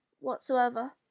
whatsoever